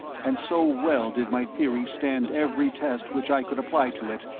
and so well did my theory stand every test which i could apply to it,